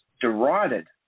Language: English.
derided